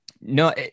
no